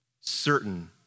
certain